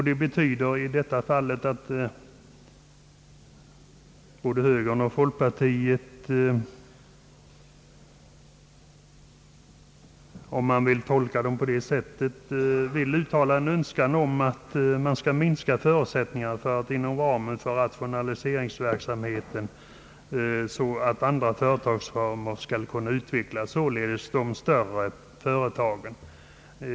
Det betyder i detta fall att både högern och folkpartiet — om man vill tolka det på detta sätt — vill uttala en önskan om att man skall minska förutsättningarna för att inom ramen för rationaliserings verksamheten andra företagsformer skall kunna utvecklas, således de större företagen.